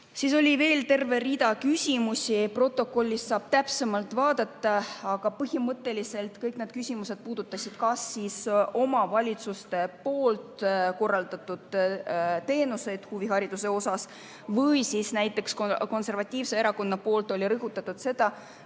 Oli veel terve rida küsimusi, protokollist saab täpsemalt vaadata, aga põhimõtteliselt kõik need küsimused puudutasid kas omavalitsuste korraldatud teenuseid huvihariduse valdkonnas või näiteks konservatiivne erakond rõhutas seda,